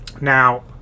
Now